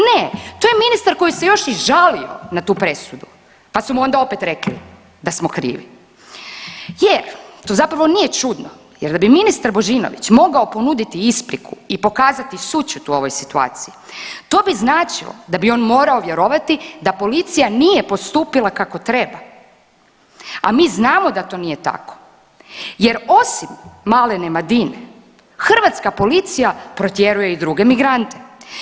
Ne, to je ministar koji se još i žalio na tu presudu, pa su mu onda opet rekli da smo krivi jer to zapravo nije čudno jer da bi ministar Božinović mogao ponuditi ispriku i pokazati sućut u ovoj situaciji to bi značilo da bi on morao vjerovati da policija nije postupila kako treba, a mi znamo da to nije tako jer osim malene Madine hrvatska policija protjeruje i druge migrante.